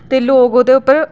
ते लोक ओह्दे उप्पर